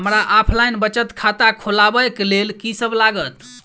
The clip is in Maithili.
हमरा ऑफलाइन बचत खाता खोलाबै केँ लेल की सब लागत?